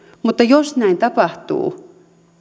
mutta jos näin tapahtuu